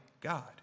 God